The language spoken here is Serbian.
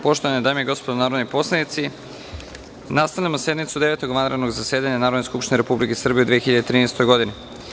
Poštovane dame i gospodo narodni poslanici, nastavljamo sednicu Devetog vanrednog zasedanja Narodne skupštine Republike Srbije u 2013. godini.